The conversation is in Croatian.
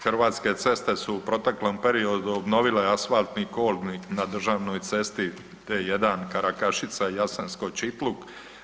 Hrvatske ceste su u proteklom periodu obnovile asfaltni kolnik na državnoj cesti D-1 Karakašica-Jasensko- Čitluk.